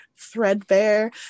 threadbare